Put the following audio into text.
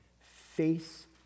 face